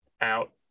out